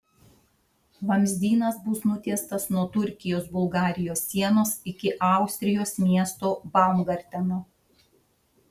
vamzdynas bus nutiestas nuo turkijos bulgarijos sienos iki austrijos miesto baumgarteno